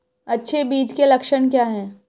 अच्छे बीज के लक्षण क्या हैं?